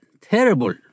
terrible